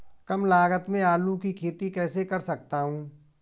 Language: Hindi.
कम लागत में आलू की खेती कैसे कर सकता हूँ?